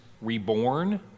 reborn